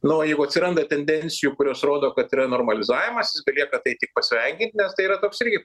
nu o jeigu atsiranda tendencijų kurios rodo kad yra normalizavimasis belieka tai tik pasveikint nes tai yra toks irgi